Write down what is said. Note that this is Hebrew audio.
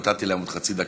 נתתי להם עוד חצי דקה.